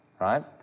right